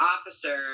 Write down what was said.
officer